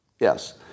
Yes